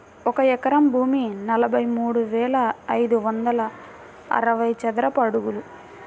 ఒక ఎకరం భూమి నలభై మూడు వేల ఐదు వందల అరవై చదరపు అడుగులు